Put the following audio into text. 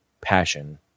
passion